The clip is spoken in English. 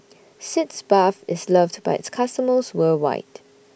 Sitz Bath IS loved By its customers worldwide